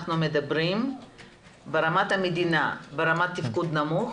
מדברים ברמת המדינה ברמת תפקוד נמוך?